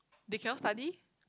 they cannot study